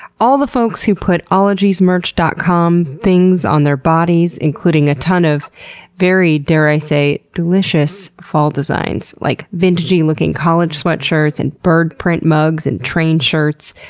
all the folks who put ologiesmerch dot com things on their bodies including a ton of very, dare i say, delicious fall designs, like vintagey-looking college sweatshirts and bird-print mugs and train shirts,